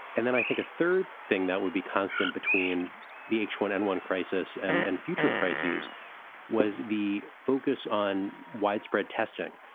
and then i think a third thing that would be constant between the h one n one crisis and and future crises was the focus on widespread testing,